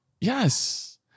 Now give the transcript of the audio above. Yes